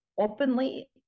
openly